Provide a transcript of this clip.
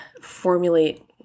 formulate